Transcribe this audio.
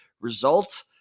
result